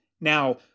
now